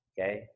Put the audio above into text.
okay